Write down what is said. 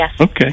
Okay